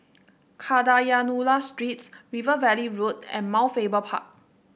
Kadayanallur Street River Valley Road and Mount Faber Park